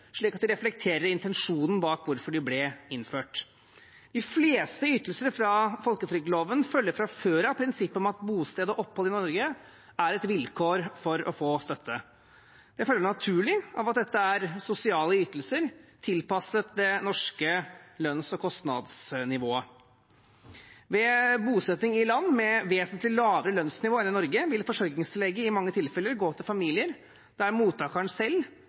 slik at de reflekterer intensjonen med at de ble innført. De fleste ytelser fra folketrygdloven følger fra før av prinsippet om at bosted og opphold i Norge er et vilkår for å få støtte. Det følger naturlig av dette at sosiale ytelser er tilpasset det norske lønns- og kostnadsnivået. Ved bosetting i land med vesentlig lavere lønnsnivå enn i Norge vil forsørgelsestillegget i mange tilfeller gå til familier der mottakeren selv,